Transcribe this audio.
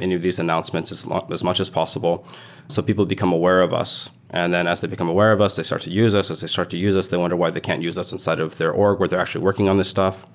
any of these announcements as much as possible so people become aware of us. and then as they become aware of us, they start to use us. as they start to use us, they wonder why they can't use us inside of their org where they're actually working on this stuff.